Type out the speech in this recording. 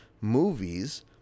movies